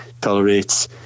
tolerates